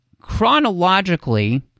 chronologically